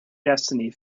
destiny